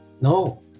No